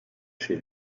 chez